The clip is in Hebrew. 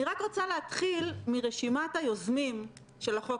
אני רק רוצה להתחיל מרשימת היוזמים של החוק